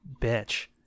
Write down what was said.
bitch